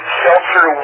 shelter